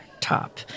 top